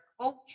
culture